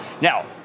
Now